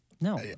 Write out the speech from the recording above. No